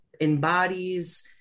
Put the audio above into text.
embodies